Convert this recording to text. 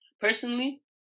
Personally